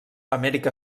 amèrica